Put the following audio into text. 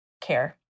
care